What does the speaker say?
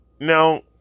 Now